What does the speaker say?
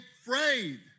afraid